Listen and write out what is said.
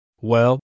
Well